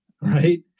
Right